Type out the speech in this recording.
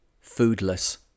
Foodless